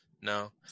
no